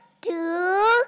two